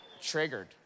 Triggered